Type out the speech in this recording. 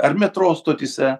ar metro stotyse